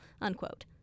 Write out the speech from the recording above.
unquote